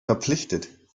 verpflichtet